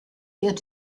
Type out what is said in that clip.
wird